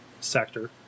sector